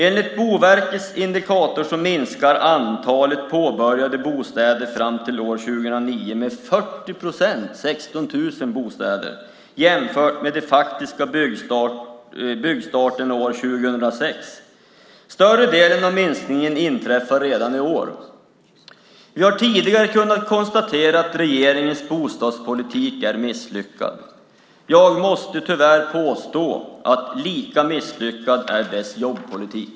Enligt Boverkets indikator minskar antalet påbörjade bostäder fram till 2009 med 40 procent - 16 000 bostäder - jämfört med den faktiska byggstarten 2006. Större delen av minskningen inträffar redan i år. Vi har tidigare kunnat konstatera att regeringens bostadspolitik är misslyckad. Jag måste tyvärr påstå att lika misslyckad är dess jobbpolitik.